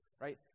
right